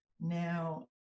now